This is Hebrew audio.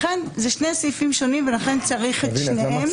לכן אלה שני סעיפים שונים ולכן צריך את שניהם.